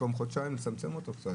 במקום חודשיים, לצמצם אותו קצת.